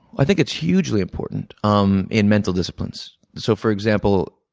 i think it's hugely important um in mental disciplines so, for example,